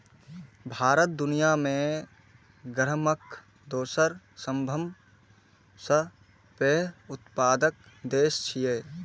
भारत दुनिया मे गहूमक दोसर सबसं पैघ उत्पादक देश छियै